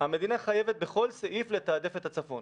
המדינה חייבת בכל סעיף לתעדף את הצפון,